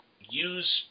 use